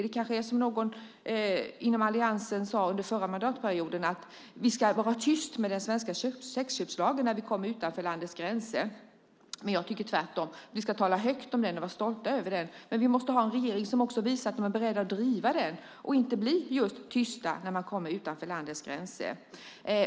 Det kanske är som någon inom alliansen sade under förra mandatperioden: Vi ska vara tysta med den svenska sexköpslagen när vi kommer utanför landets gränser. Men jag tycker tvärtom. Vi ska tala högt om den och vara stolta över den. Vi måste ha en regering som visar att den är beredd att driva den och inte blir just tyst när man kommer utanför landets gränser.